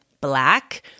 black